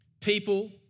People